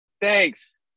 Thanks